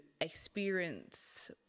experience